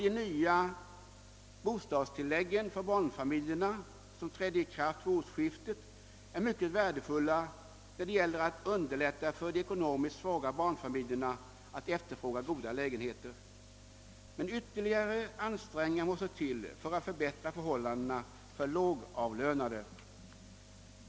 De nya bostadstillläggen för barnfamiljerna, som trädde i kraft vid årsskiftet, är också mycket värdefulla när det gäller att underlätta för de ekonomiskt svaga barnfamiljerna att efterfråga goda lägenheter. Ytterligare ansträngningar måste dock göras för att förbättra förhållandena för de lågavlönade.